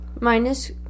minus